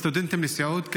סטודנטים לסיעוד.